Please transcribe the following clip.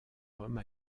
homme